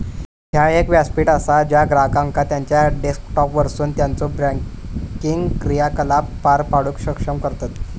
ह्या एक व्यासपीठ असा ज्या ग्राहकांका त्यांचा डेस्कटॉपवरसून त्यांचो बँकिंग क्रियाकलाप पार पाडूक सक्षम करतत